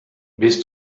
bis